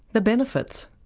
the benefits.